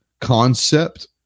concept